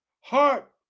heart